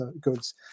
goods